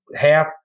half